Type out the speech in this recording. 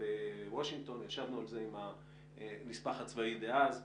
בוושינגטון ישבנו על זה עם הנספח הצבאי דאז,